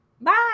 Bye